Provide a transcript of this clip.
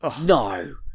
No